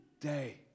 day